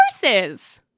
horses